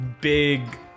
big